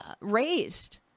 raised